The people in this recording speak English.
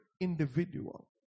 individual